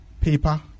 paper